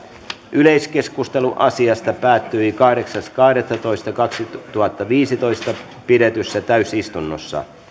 yleiskeskustelu asiasta päättyi kahdeksas kahdettatoista kaksituhattaviisitoista pidetyssä täysistunnossa